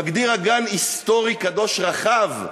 מגדיר אגן היסטורי קדוש רחב,